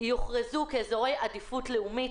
יוכרזו כאזורי עדיפות לאומית.